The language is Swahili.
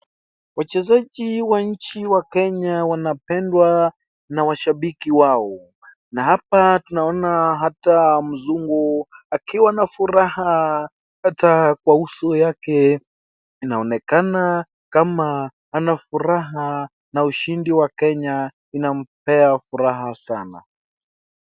Wachezaji wa nchi wa Kenya wanapendwa na washambiki wao na hapa tunaona ata mzungu akiwa na furaha ata kwa uso yake, inaonekana kama ana furaha na ushindi wa Kenya inampea furaha sana.